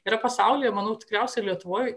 yra pasaulyje manau tikriausiai ir lietuvoj